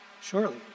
Surely